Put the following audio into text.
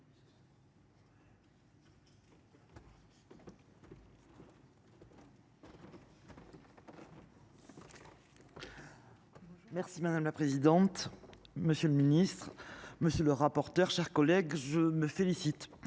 Merci madame la présidente, monsieur le ministre, monsieur le rapporteur. Chers collègues, je me félicite.